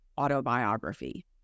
autobiography